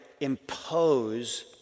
impose